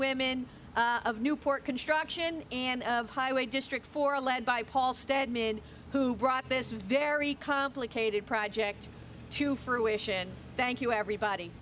women of newport construction and of highway district for a lead by paul stedman who brought this very complicated project to fruition thank you everybody